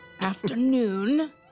Afternoon